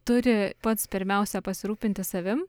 turi pats pirmiausia pasirūpinti savim